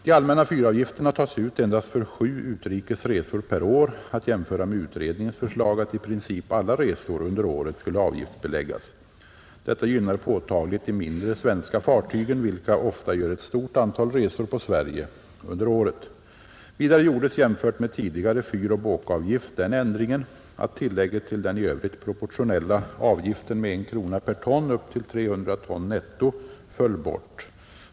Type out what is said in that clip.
De allmänna fyravgifterna tas ut endast för sju utrikes resor per år att jämföra med utredningens förslag att i princip alla resor under året skulle avgiftsbeläggas. Detta gynnar påtagligt de mindre svenska fartygen, vilka ofta gör ett stort antal resor på Sverige under året. Vidare gjordes jämfört med tidigare fyroch båkavgift den ändringen att tillägget till den i övrigt proportionella avgiften med en krona per ton upp till 300 ton netto föll bort.